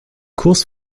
kurs